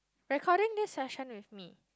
recording this session with me